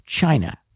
China